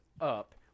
up